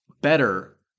better